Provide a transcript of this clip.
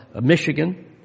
Michigan